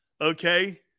okay